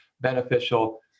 beneficial